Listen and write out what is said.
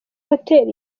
hotel